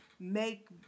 make